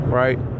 right